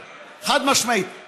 חד-משמעית.